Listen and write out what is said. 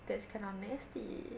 that's kind of nasty